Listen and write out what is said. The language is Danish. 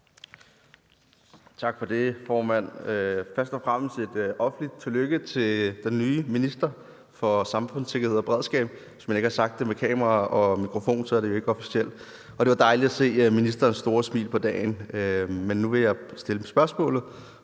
Tak for det, formand. Først og fremmest et offentligt tillykke til den nye minister for samfundssikkerhed og beredskab. Hvis man ikke har sagt det på kamera og i mikrofon, er det jo ikke officielt. Det var dejligt at se ministerens store smil på dagen. Nu vil jeg læse spørgsmålet